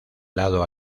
lado